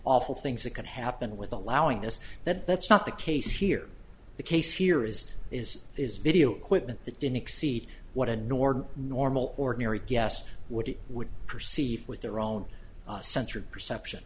awful things that could happen with allowing this that that's not the case here the case here is is is video equipment that didn't exceed what a norden normal ordinary guest would it would perceive with their own censored perception